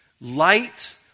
light